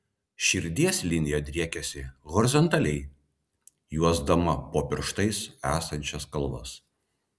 širdies linija driekiasi horizontaliai juosdama po pirštais esančias kalvas